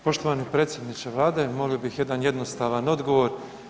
Poštovani predsjedniče Vlade, molio bi jedan jednostavan odgovor.